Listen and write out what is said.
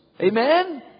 Amen